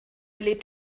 lebt